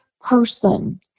person